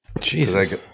Jesus